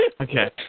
Okay